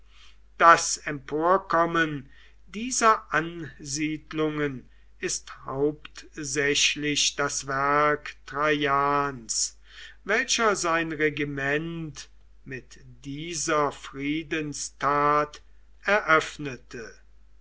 das emporkommen dieser ansiedlungen ist hauptsächlich das werk traians welcher sein regiment mit dieser friedenstat eröffnete